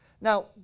Now